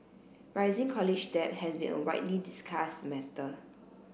rising college debt has been a widely discussed matter